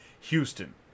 Houston